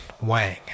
Wang